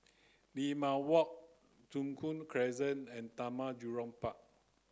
Limau Walk Joo Koon Crescent and Taman Jurong Park